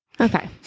Okay